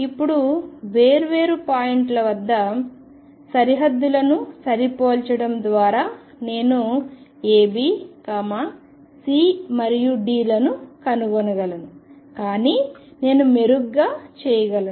ఇప్పుడు వేర్వేరు పాయింట్ల వద్ద సరిహద్దులను సరిపోల్చడం ద్వారా నేను A B C మరియు Dలను కనుగొనగలను కానీ నేను మెరుగ్గా చేయగలను